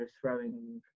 throwing